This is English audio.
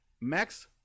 Max